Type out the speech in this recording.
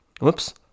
whoops